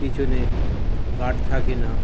পিছনে গার্ড থাকে না